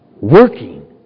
working